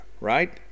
right